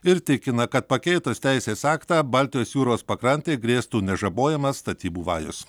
ir tikina kad pakeitus teisės aktą baltijos jūros pakrantei grėstų nežabojamas statybų vajus